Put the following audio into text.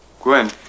gwen